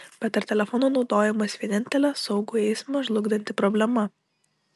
bet ar telefono naudojimas vienintelė saugų eismą žlugdanti problema